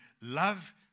love